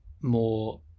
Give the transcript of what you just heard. more